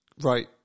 right